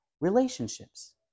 relationships